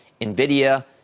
NVIDIA